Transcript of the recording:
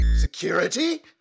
Security